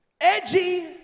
edgy